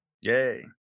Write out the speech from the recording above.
Yay